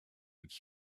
its